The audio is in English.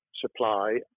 supply